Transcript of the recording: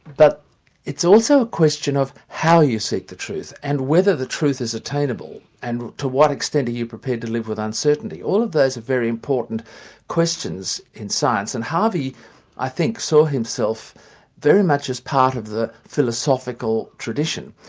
but it's also a question of how you seek the truth, and whether the truth is attainable and to what extent are you prepared to live with uncertainty. all of those are very important questions in science, and harvey i think saw himself very much as part of the philosophical tradition,